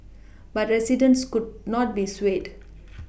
but residents could not be swayed